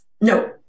No